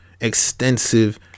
extensive